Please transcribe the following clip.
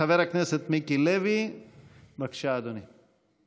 חבר כנסת מיקי לוי, בבקשה, אדוני.